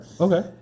Okay